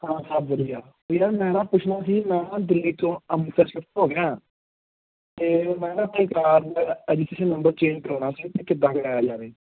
ਹਾਂ ਸਭ ਵਧੀਆ ਅਤੇ ਯਾਰ ਮੈਂ ਨਾ ਪੁੱਛਣਾ ਸੀ ਮੈਂ ਨਾ ਦਿੱਲੀ ਤੋਂ ਅੰਮ੍ਰਿਤਸਰ ਸ਼ਿਫਟ ਹੋ ਗਿਆ ਅਤੇ ਮੈਂ ਨਾ ਆਪਣੀ ਕਾਰ ਦਾ ਰਜਿਸਟ੍ਰੇਸ਼ਨ ਨੰਬਰ ਚੇਂਜ ਕਰਵਾਉਣਾ ਸੀ ਅਤੇ ਕਿੱਦਾਂ ਕਰਵਾਇਆ ਜਾਵੇ